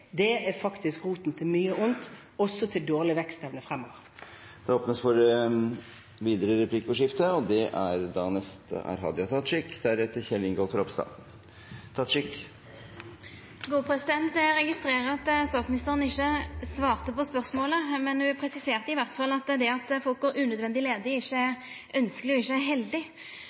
er faktisk roten til mye ondt – og også til dårlig vekstevne fremover. Det blir gitt anledning til oppfølgingsspørsmål – først Hadia Tajik. Eg registrerer at statsministeren ikkje svarte på spørsmålet, men ho presiserte i alle fall at det at folk går unødvendig ledig, ikkje er ønskjeleg og ikkje er heldig.